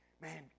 Man